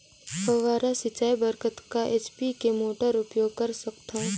फव्वारा सिंचाई बर कतका एच.पी के मोटर उपयोग कर सकथव?